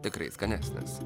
tikrai skanesnis